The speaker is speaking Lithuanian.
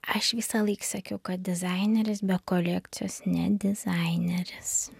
aš visąlaik sakiau kad dizaineris be kolekcijos ne dizaineris